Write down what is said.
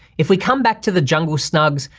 if we come back to the jungle snugs,